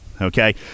okay